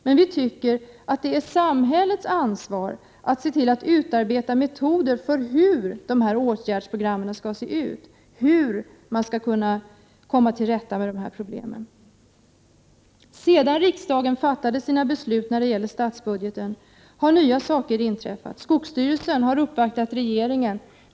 Men vi tycker att det är samhällets ansvar att se till att det utarbetas åtgärdsprogram för hur man skall komma till rätta med dessa problem. Sedan riksdagen fattade sina beslut om statsbudgeten har nya saker inträffat. Skogsstyrelsen har uppvaktat regeringen.